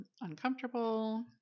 uncomfortable